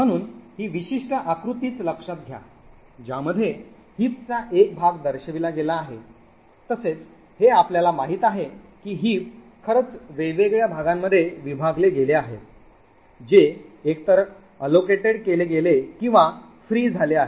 म्हणून हि विशिष्ट आकृतीच लक्ष्यात घ्या ज्यामध्ये हिप चा एक भाग दर्शविला गेला आहे तसेच हे आपल्याला माहित आहे कि हिप खरंच वेगवेगळ्या भागांमध्ये विभागले गेले आहेत जे एकतर वाटप केले गेले किंवा मोकळे झाले आहे